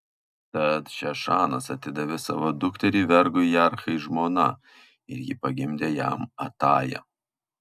tad šešanas atidavė savo dukterį vergui jarhai žmona ir ji pagimdė jam atają